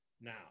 Now